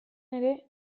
ere